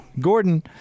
Gordon